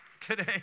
Today